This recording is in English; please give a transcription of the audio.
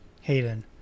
Hayden